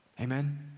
Amen